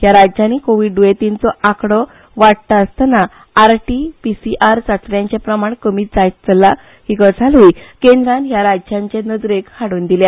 हया राज्यांनी कोव्हीड द्येंतींचो आकडो वाडटा आसतना आरटी पीसीआर चाचण्यांचें प्रमाण कमी जायत चल्लां ही गजालय केंद्रान हया राज्यांचे नजरेक हाड़ून दिल्या